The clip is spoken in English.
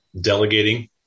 delegating